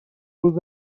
روز